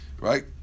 right